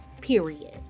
period